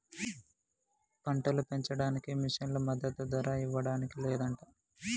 పంటలు పెంచడానికి మిషన్లు మద్దదు ధర ఇవ్వడానికి లేదంట